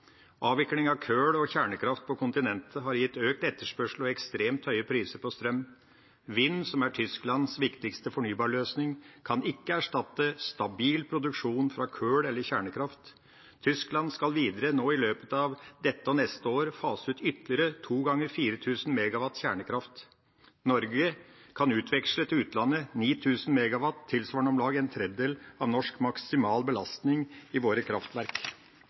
Avvikling av kull og kjernekraft på kontinentet har gitt økt etterspørsel og ekstremt høye priser på strøm. Vind, som er Tysklands viktigste fornybarløsning, kan ikke erstatte stabil produksjon fra kull eller kjernekraft. Tyskland skal videre nå i løpet av dette og neste år fase ut ytterligere to ganger 4 000 MW kjernekraft. Norge kan utveksle til utlandet 9 000 MW, tilsvarende om lag en tredjedel av norsk maksimal belastning i våre kraftverk.